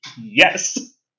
Yes